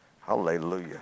Hallelujah